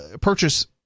purchase